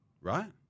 right